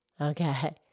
Okay